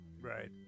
right